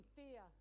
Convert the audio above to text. fear